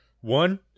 one